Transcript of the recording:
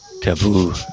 taboo